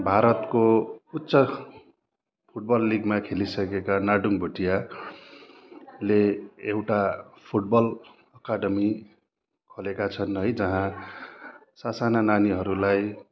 भारतको उच्च फुटबल लिगमा खेलिसकेका नार्डुङ भुटियाले एउटा फुटबल एकाडमी खोलेका छन् है जहाँ स साना नानीहरूलाई